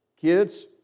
Kids